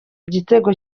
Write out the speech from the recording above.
igitego